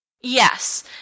Yes